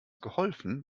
geholfen